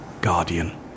Guardian